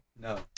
No